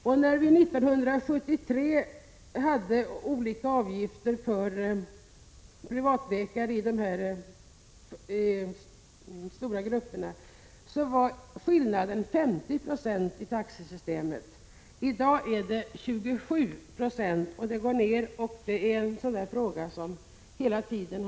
När vi 1973 hade olika avgifter för privatläkare var skillnaden 50 96 i taxesättningen. I dag är skillnaden 27 96, och den blir mindre. Förändringar på denna punkt sker hela tiden.